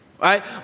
Right